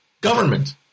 government